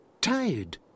Tired